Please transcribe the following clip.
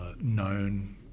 known